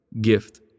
gift